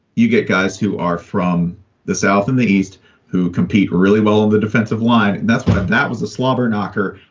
you get guys who are from the south in the east who compete really well on the defensive line. that's why that was the slobber knocker.